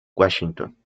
washington